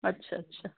ਅੱਛਾ ਅੱਛਾ